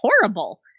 horrible